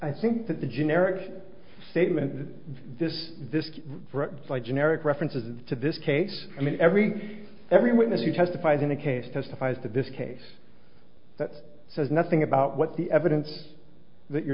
i think that the generic statement that this this legend eric references to this case i mean every every witness who testified in a case testifies that this case that says nothing about what the evidence that you're